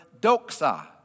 doxa